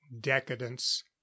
decadence